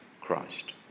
Christ